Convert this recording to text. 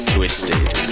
Twisted